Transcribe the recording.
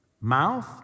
mouth